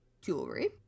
jewelry